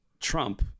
Trump